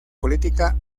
política